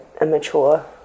immature